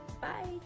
Bye